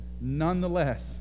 nonetheless